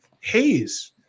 haze